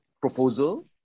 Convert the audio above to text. proposal